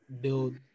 build